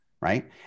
right